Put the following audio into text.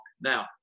Now